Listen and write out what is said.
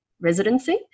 residency